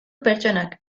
pertsonak